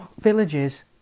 villages